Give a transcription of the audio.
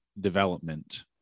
development